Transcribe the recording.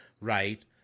right